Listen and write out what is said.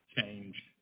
change